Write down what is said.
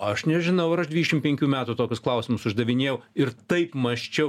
aš nežinau ar aš dvidešim penkių metų tokius klausimus uždavinėjau ir taip mąsčiau